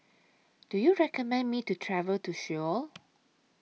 Do YOU recommend Me to travel to Seoul